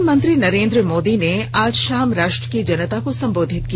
प्रधानमंत्री नरेन्द्र मोदी ने आज शाम राष्ट्र की जनता को सम्बोधित किया